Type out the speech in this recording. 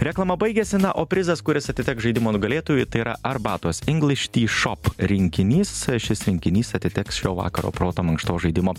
reklama baigėsi na o prizas kuris atiteks žaidimo nugalėtojui tai yra arbatos ingliš tyšop rinkinys šis rinkinys atiteks šio vakaro proto mankštos žaidimo